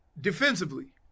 Defensively